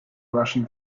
russian